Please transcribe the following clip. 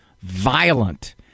violent